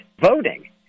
voting